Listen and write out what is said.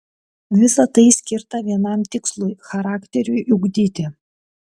visa tai skirta vienam tikslui charakteriui ugdyti